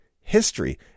history